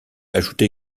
ajouter